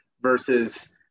versus